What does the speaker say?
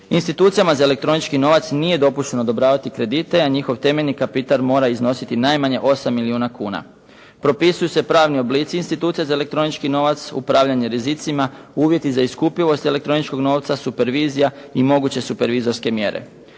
Institucijama za elektronički novac nije dopušteno odobravati kredite, a njihov temeljni kapital mora iznositi najmanje 8 milijuna kuna. Propisuju se pravni oblici institucija za elektronički novac, upravljanje rizicima, uvjeti za iskupivost elektroničkog novca, supervizija, i moguće supervizorske mjere.